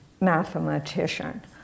mathematician